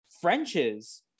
Frenches